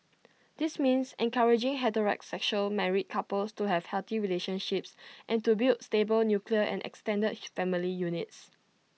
this means encouraging heterosexual married couples to have healthy relationships and to build stable nuclear and extended family units